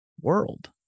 world